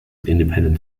independent